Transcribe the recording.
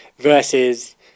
versus